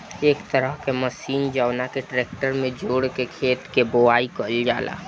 एक तरह के मशीन जवना के ट्रेक्टर में जोड़ के खेत के बोआई कईल जाला